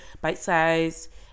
bite-sized